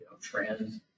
trends